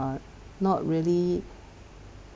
uh not really